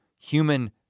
human